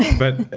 but,